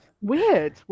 Weird